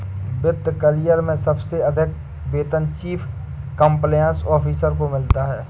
वित्त करियर में सबसे अधिक वेतन चीफ कंप्लायंस ऑफिसर को मिलता है